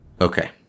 Okay